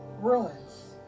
ruins